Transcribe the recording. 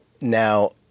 now